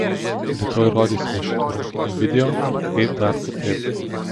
rytoj rodysime šitų rungtynių video ir kaip dar kitaip